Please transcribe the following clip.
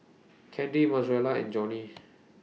Candy Mozella and Johny